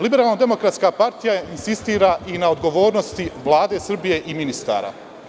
Liberalno demokratska partija insistira i na odgovornosti Vlade Srbije i ministara.